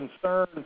concern